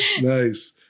Nice